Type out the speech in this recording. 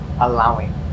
allowing